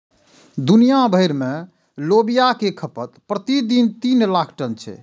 दुनिया भरि मे लोबिया के खपत प्रति दिन तीन लाख टन छै